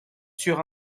sur